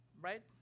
Right